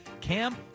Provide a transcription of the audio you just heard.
Cam